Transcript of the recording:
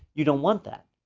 you don't want that.